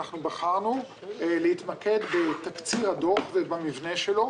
אנחנו בחרנו להתמקד בתקציר הדוח ובמבנה שלו,